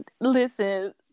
listen